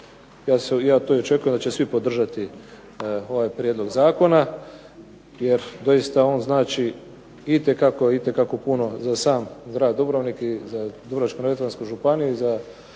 ja to i očekujem da će svi podržati ovaj prijedlog zakona jer doista on znači itekako puno za sam grad Dubrovnik i za Dubrovačko-neretvansku županiju i za,